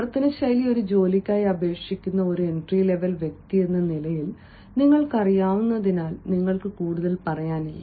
പ്രവർത്തന ശൈലി ഒരു ജോലിയ്ക്കായി അപേക്ഷിക്കുന്ന ഒരു എൻട്രി ലെവൽ വ്യക്തിയെന്ന നിലയിൽ നിങ്ങൾക്കറിയാവുന്നതിനാൽ നിങ്ങൾക്ക് കൂടുതൽ പറയാനില്ല